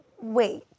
Wait